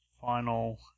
final